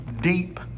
deep